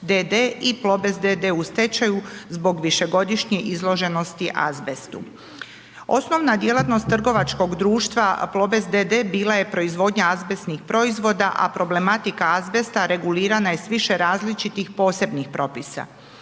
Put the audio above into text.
d.d. i Plobest d.d. u stečaju zbog višegodišnje izloženosti azbestu. Osnovna djelatnost trgovačkog društva Plobest d.d. bila je proizvodnja azbestnih proizvoda, a problematika azbesta regulirana je s više različitih posebnih propisa.